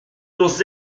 nous